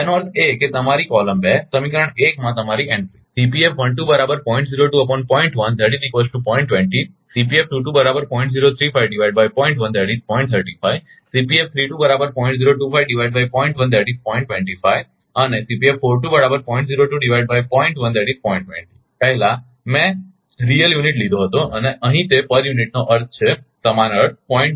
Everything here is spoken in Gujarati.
એનો અર્થ એ કે તમારી કોલમ 2 સમીકરણ 1 માં તમારી એન્ટ્રીઝ અને પહેલાં મેં વાસ્તવિક એકમ લીધો હતો અને અહીં તે એકમ દીઠ નો અર્થ છે સમાન અર્થ 0